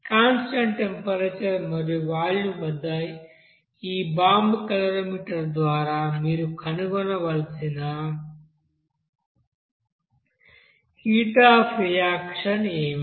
constant temperature మరియు volume వద్ద ఈ బాంబు కేలరీమీటర్ ద్వారా మీరు కనుగొనవలసిన హీట్ అఫ్ రియాక్షన్ ఏమిటి